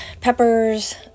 peppers